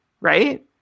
Right